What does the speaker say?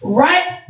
right